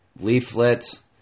leaflets